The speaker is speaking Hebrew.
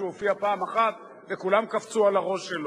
שבהם המצוקה עוד יותר גדולה.